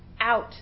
Out